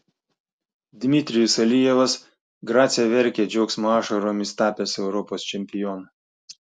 dmitrijus alijevas grace verkė džiaugsmo ašaromis tapęs europos čempionu